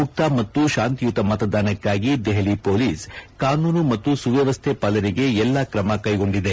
ಮುಕ್ತ ಮತ್ತು ಶಾಂತಿಯುತ ಮತದಾನಕ್ಕಾಗಿ ದೆಹಲಿ ಪೊಲೀಸ್ ಕಾನೂನು ಮತ್ತು ಸುವ್ಯವಸ್ಥೆ ಪಾಲನೆಗೆ ಎಲ್ಲಾ ಕ್ರಮ ಕೈಗೊಂಡಿದೆ